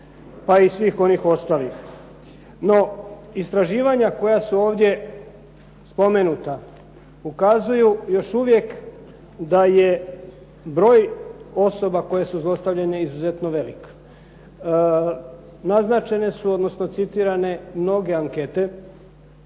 pa i svih onih ostalih. No, istraživanja koja su ovdje spomenuta ukazuju još uvijek da je broj osoba koje su zlostavljane izuzetno velik. Naznačene su, odnosno citirane mnoge ankete.